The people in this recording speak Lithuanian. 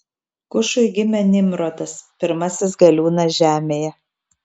kušui gimė nimrodas pirmasis galiūnas žemėje